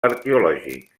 arqueològic